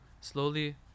slowly